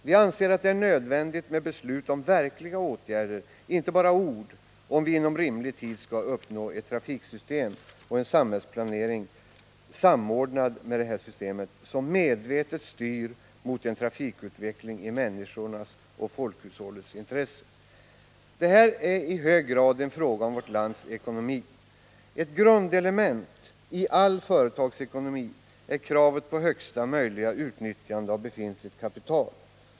Vi anser att det är nödvändigt med beslut om verkliga åtgärder — inte bara ord — om vi inom rimlig tid skall uppnå ett rimligt trafiksystem och en samhällsplanering som är samordnad med detta system och som medvetet styr mot en trafikutveckling i människornas och folkhushållets intresse. Detta är i hög grad en fråga om vårt lands ekonomi. Ett grundelement i all företagsekonomi är kravet på högsta möjliga utnyttjande av befintlig kapacitet.